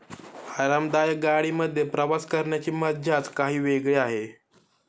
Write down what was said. आरामदायक गाडी मध्ये प्रवास करण्याची मज्जाच काही वेगळी आहे